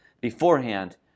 beforehand